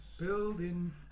Building